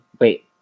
Wait